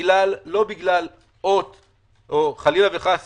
לא בגלל אות הוקרה או חלילה וחס